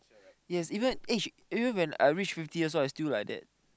yes even age even when I reach fifty years old I still like that